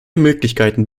möglichkeiten